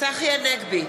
צחי הנגבי,